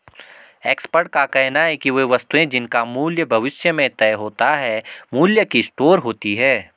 expert का कहना है कि वे वस्तुएं जिनका मूल्य भविष्य में तय होता है मूल्य की स्टोर होती हैं